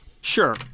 Sure